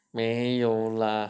没有啦